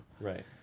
Right